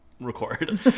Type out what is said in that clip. record